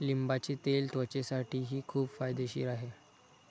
लिंबाचे तेल त्वचेसाठीही खूप फायदेशीर आहे